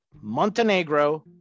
Montenegro